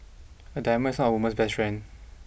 a diamond is not a woman's best friend